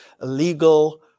legal